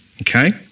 Okay